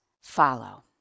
follow